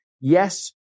yes